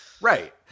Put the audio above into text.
right